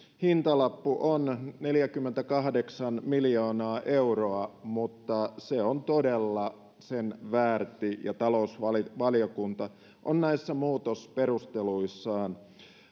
hintalappu on neljäkymmentäkahdeksan miljoonaa euroa mutta se on todella sen väärtti talousvaliokunta on näissä muutosperusteluissaan